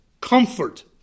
comfort